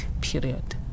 period